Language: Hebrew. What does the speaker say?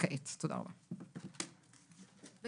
הישיבה ננעלה בשעה 14:20.